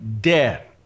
death